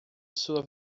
sua